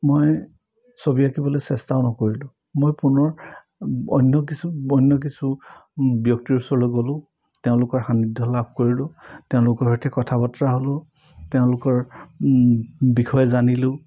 মই ছবি আঁকিবলৈ চেষ্টাও নকৰিলোঁ মই পুনৰ অন্য কিছু অন্য কিছু ব্যক্তিৰ ওচৰলৈ গ'লোঁ তেওঁলোকৰ সান্নিধ্য লাভ কৰিলোঁ তেওঁলোকৰ সৈতে কথা বতৰা হ'লোঁ তেওঁলোকৰ বিষয়ে জানিলোঁ